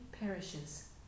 perishes